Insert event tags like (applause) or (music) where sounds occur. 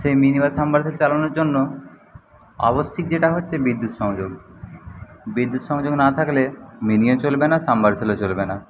সেই mini (unintelligible) sub মারশিবল চালানোর জন্য আব্যশিক যেটা হচ্ছে বিদ্যুৎ সংযোগ বিদ্যুৎ সংযোগ না থাকলে মিনিও চলবে না সাব মারশিবল চলবে না